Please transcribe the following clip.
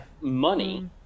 money